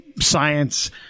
science